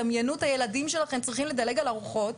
דמיינו את הילדים שלכם צריכים לדלג על ארוחות.